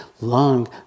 long